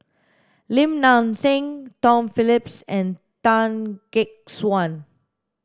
Lim Nang Seng Tom Phillips and Tan Gek Suan